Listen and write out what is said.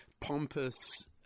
pompous